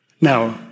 Now